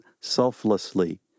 selflessly